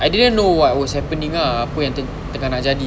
I didn't know what was happening ah apa tengah nak jadi